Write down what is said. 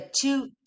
two